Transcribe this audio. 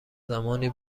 زمانی